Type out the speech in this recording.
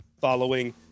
following